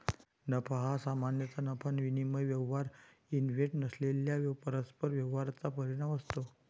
नफा हा सामान्यतः नफा विनिमय व्यवहार इव्हेंट नसलेल्या परस्पर व्यवहारांचा परिणाम असतो